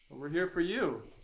we're here for you,